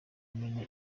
umenya